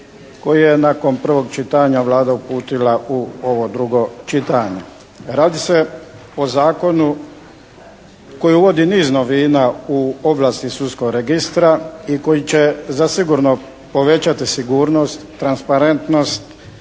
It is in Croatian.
koji je nakon prvog čitanja Vlada uputila u ovo drugo čitanje. Radi se o zakonu koji uvodi niz novina u oblasti sudskog registra i koji će zasigurno povećati sigurnost, transparentnost